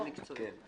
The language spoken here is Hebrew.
ומקצועית.